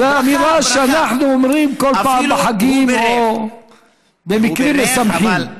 זו אמירה שאנחנו אומרים כל פעם בחגים או במקרים משמחים.